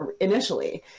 initially